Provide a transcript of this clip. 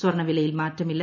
സ്വർണവിലയിൽ മാറ്റമില്ല